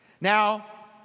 Now